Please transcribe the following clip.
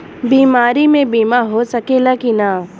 बीमारी मे बीमा हो सकेला कि ना?